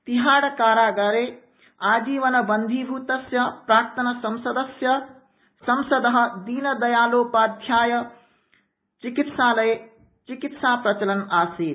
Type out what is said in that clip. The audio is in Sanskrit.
तिहाइकारागारे अजीवनबंधीभूतस्य प्राक्तनसंसदसदस्यस्य दीनदयालोपाध्याय चिकित्सालये चिकित्सा प्रचलन्नासीत्